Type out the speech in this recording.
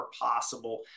possible